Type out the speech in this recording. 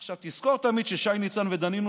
עכשיו, תזכור תמיד ששי ניצן ודנינו